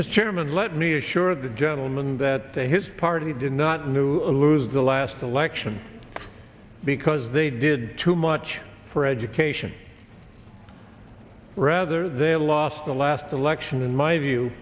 chairman let me assure the gentleman that the his party did not knew lose the last election because they did too much for education rather they lost the last election in my view